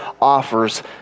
offers